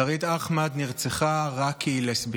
שרית אחמד נרצחה רק כי היא לסבית.